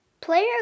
Player